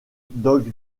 dog